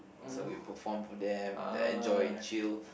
so we perform for them they enjoy and chill